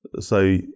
So-